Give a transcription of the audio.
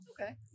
okay